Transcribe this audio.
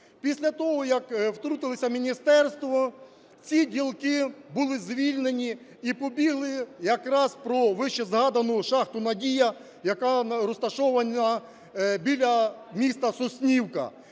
Після того, як втрутилося міністерство, ці ділки були звільнені і побігли якраз… про вище згадану шахту "Надія", яка розташована біля міста Соснівка,